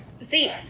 See